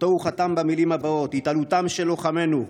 שאותו הוא חתם במילים הבאות: "התעלותם של לוחמינו,